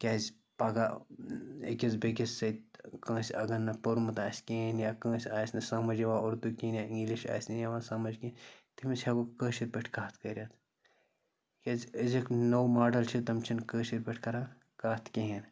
کیٛازِ پَگاہ أکِس بیٚیہِ کِس سۭتۍ کٲنٛسہِ اَگر نہٕ پوٚرمُت آسہِ کِہیٖنۍ یا کٲنٛسہِ آسہِ نہٕ سَمٕج یِوان اُردو کِہیٖنۍ یا اِنٛگلِش آسہِ نہٕ یِوان سَمٕج کینٛہہ تٔمِس ہٮ۪کو کٲشِرۍ پٲٹھۍ کَتھ کٔرِتھ کیٛازِ أزیُک نوٚو ماڈَل چھِ تِم چھِنہٕ کٲشِر پٲٹھۍ کَران کَتھ کِہیٖنۍ